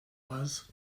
was